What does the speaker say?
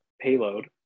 payload